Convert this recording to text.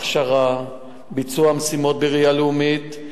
הכשרה, ביצוע משימות בראייה הלאומית.